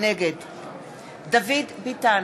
נגד דוד ביטן,